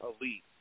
elite